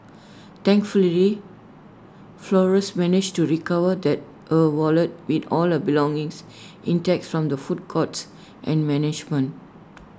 thankfully Flores managed to recover that her wallet with all her belongings intact from the food court's and management